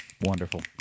Wonderful